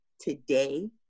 today